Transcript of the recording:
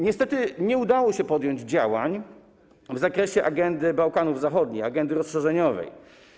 Niestety nie udało się podjąć działań w zakresie agendy Bałkanów Zachodnich, agendy rozszerzeniowej.